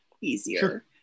easier